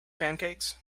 pancakes